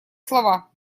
слова